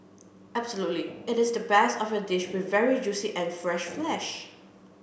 absolutely it is the best of your dish with very juicy and fresh flesh